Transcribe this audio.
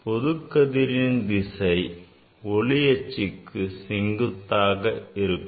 பொது கதிரின் திசை ஒளி அச்சுக்கு செங்குத்தாக இருக்கும்